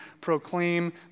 proclaim